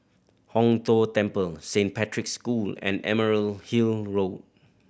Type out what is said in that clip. Hong Tho Temple Saint Patrick's School and Emerald Hill Road